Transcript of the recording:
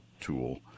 tool